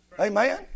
Amen